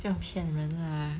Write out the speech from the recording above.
不要骗人 lah